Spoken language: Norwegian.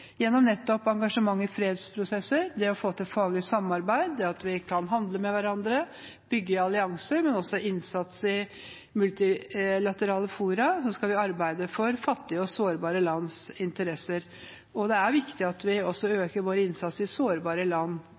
Gjennom nettopp engasjement i fredsprosesser, det å få til faglig samarbeid, det at vi kan handle med hverandre, bygge allianser, men også innsats i multilaterale fora, skal vi arbeide for fattige og sårbare lands interesser. Det er viktig at vi også øker vår innsats i sårbare land